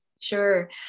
Sure